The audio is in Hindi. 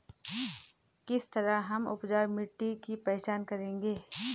किस तरह हम उपजाऊ मिट्टी की पहचान करेंगे?